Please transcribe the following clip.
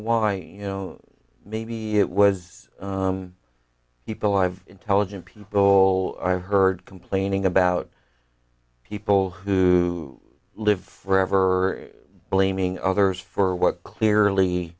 why you know maybe it was people i've intelligent people i heard complaining about people who live forever blaming others for what clearly